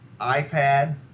iPad